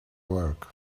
work